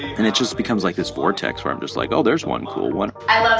and it just becomes, like, this vortex where i'm just like, oh, there's one cool one i